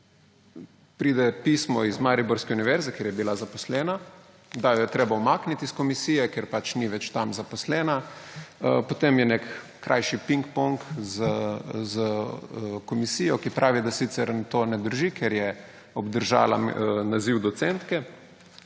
pride pismo iz mariborske univerze, kjer je bila zaposlena, da jo je treba umakniti iz komisije, ker pač ni več tam zaposlena, potem je nek krajši pingpong s komisijo, ki pravi, da sicer to ne drži, ker je obdržala naziv docentke,